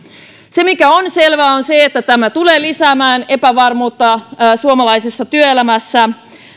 se mikä on selvää on se että tämä tulee lisäämään epävarmuutta suomalaisessa työelämässä